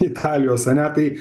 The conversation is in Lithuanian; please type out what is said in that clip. italijos ane tai